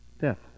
death